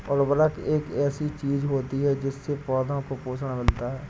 उर्वरक एक ऐसी चीज होती है जिससे पौधों को पोषण मिलता है